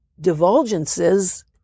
divulgences